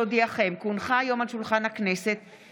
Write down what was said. בשם ועדת החוקה,